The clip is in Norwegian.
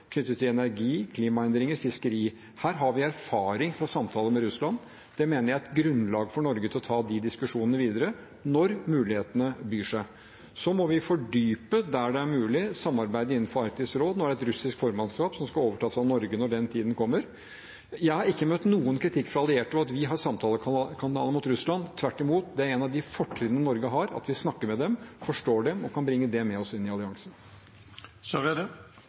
knyttet til energi, klimaendringer og fiskeri. Her har vi erfaring fra samtaler med Russland. Det mener jeg er et grunnlag for Norge til å ta de diskusjonene videre – når mulighetene byr seg. Så må vi, der det er mulig, fordype samarbeidet innenfor Arktisk råd. Nå er det et russisk formannskap som skal overta fra Norge når den tiden kommer. Jeg har ikke møtt noen kritikk fra allierte om at vi har samtalekanaler mot Russland. Tvert imot: Det er et av de fortrinnene Norge har – at vi snakker med dem, forstår dem og kan bringe det med oss inn i